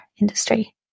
industry